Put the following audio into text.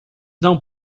não